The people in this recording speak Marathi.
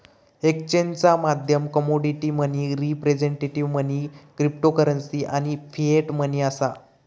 एक्सचेंजचा माध्यम commodity money, representative money, cryptocurrency आणि फिएट मनी असा